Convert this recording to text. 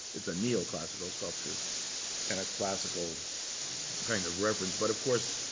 it's a neoclassical sculpture and a classical kind of reference. but of course,